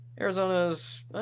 Arizona's